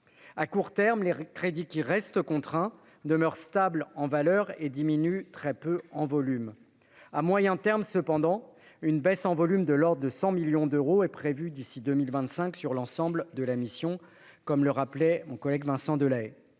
À court terme, les crédits, qui restent contraints, demeurent stables en valeur et diminuent très peu en volume. À moyen terme cependant, une baisse en volume de l'ordre de 100 millions d'euros est prévue d'ici à 2025 sur l'ensemble de la mission, comme l'a rappelé mon collègue Vincent Delahaye.